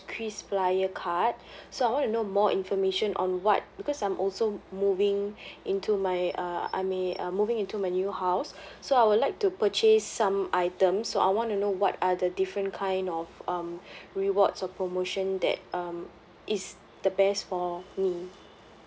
kris flyer card so I want to know more information on what because I'm also moving into my uh I may uh moving into my new house so I would like to purchase some items so I want to know what are the different kind of um rewards or promotion that um is the best for me